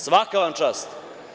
Svaka vam čast.